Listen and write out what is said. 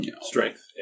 strength